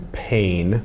pain